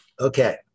okay